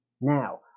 Now